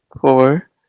four